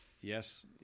Yes